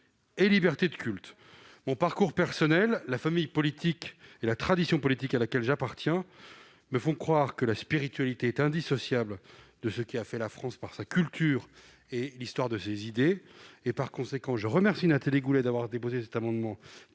et liberté de culte. Mon parcours personnel ainsi que la famille et la tradition politiques auxquelles j'appartiens me font croire que la spiritualité est indissociable de ce qui a fait la France, par sa culture et l'histoire de ses idées. Par conséquent, je remercie Nathalie Goulet d'avoir déposé cet amendement,